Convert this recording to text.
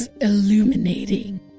illuminating